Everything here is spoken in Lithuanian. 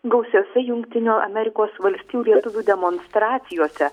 gausiose jungtinių amerikos valstijų lietuvių demonstracijose